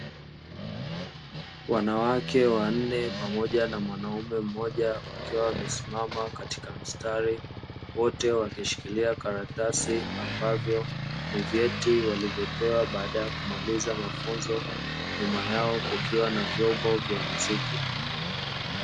Wanawake wanne pamoja na mwanaume mmoja, wakiwa wamesimama katika mstari, wote wakishikilia karatasi, ambavyo ni vyeti walivyopewa baada ya kumaliza mafunzo, nyuma yao kukiwa na vyombo vya muziki.